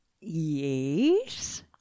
Yes